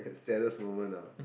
saddest moment ah